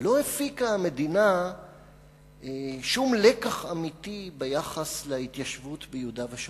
לא הפיקה המדינה שום לקח אמיתי ביחס להתיישבות ביהודה ושומרון,